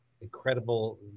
incredible